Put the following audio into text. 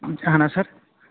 اہَن حظ سَر